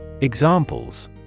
Examples